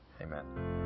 Amen